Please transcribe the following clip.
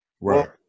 Right